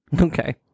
Okay